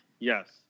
Yes